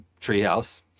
treehouse